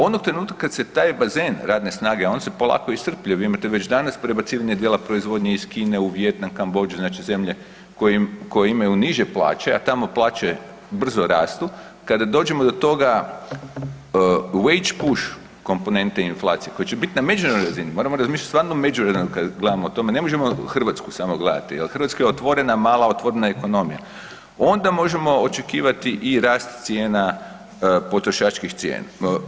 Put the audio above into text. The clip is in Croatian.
Onog trenutka kad se taj bazen radne snage, a on se polako iscrpljuje vi imate već danas prebacivanje dijela proizvodnje iz Kine u Vijetnam, Kambodžu, znači zemlje koje imaju niže plaće, a tamo plaće brzo rastu, kada dođemo do toga wage push komponente inflacije koja će biti na međunarodnoj razini, moramo razmišljati stvarno međunarodno kada gledamo o tome, ne možemo Hrvatsku samo gledati jer Hrvatska je otvorena, mala otvorena ekonomija, onda možemo očekivati i rast cijena, potrošačkih cijena.